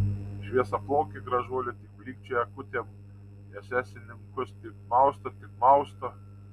šviesiaplaukė gražuolė tik blykčioja akutėm esesininkus tik mausto tik mausto